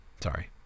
Sorry